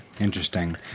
Interesting